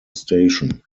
station